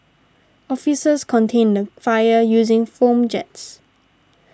officers contained the fire using foam jets